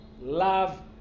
love